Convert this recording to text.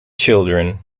children